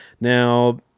Now